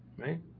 right